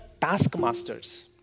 taskmasters